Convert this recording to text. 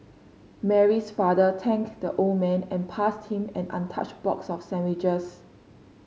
Mary's father thanked the old man and passed him an untouched box of sandwiches